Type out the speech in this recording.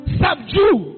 subdue